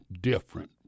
different